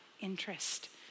interest